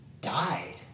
died